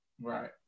Right